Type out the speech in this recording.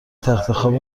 تختخواب